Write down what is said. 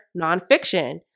nonfiction